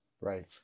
Right